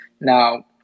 now